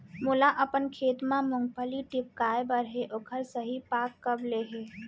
मोला अपन खेत म मूंगफली टिपकाय बर हे ओखर सही पाग कब ले हे?